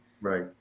Right